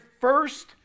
first